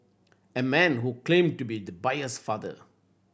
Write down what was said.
a man who claimed to be the buyer's father